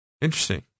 Interesting